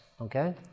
Okay